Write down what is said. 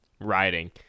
riding